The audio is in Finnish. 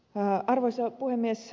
arvoisa puhemies